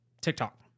TikTok